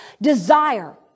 desire